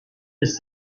ist